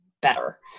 better